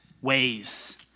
ways